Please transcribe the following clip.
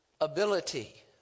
ability